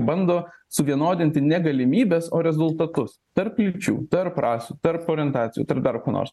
bando suvienodinti ne galimybes o rezultatus tarp lyčių tarp rasių tarp orientacijų tarp dar ko nors